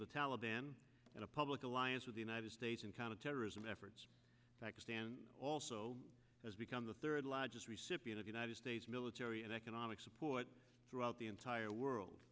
the taliban and a public alliance with the united states and kind of terrorism efforts pakistan also has become the third largest recipient of united states military and economic support throughout the entire world